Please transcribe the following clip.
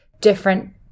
different